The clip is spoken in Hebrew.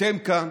אתם כאן,